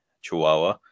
Chihuahua